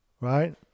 Right